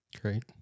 Great